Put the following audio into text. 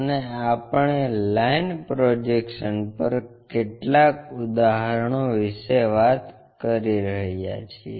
અને આપણે line projections પર કેટલાક ઉદાહરણો વિશે વાત કરી રહ્યા છીએ